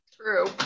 True